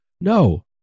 No